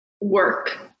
work